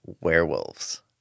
werewolves